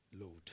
load